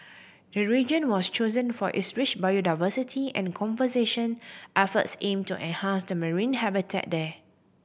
the region was chosen for its rich biodiversity and conservation efforts aim to enhance to marine habitat there